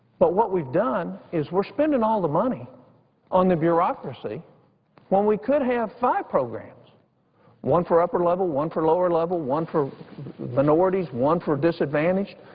but what we've done is we're spending all the money on the bureaucracy when we could have five programs one for upper level, one for lower level, one for minorities, one for disadvantaged,